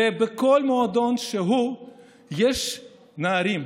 ובכל מועדון שהוא יש נערים,